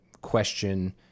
question